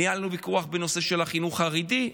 ניהלנו ויכוח בנושא של החינוך החרדי.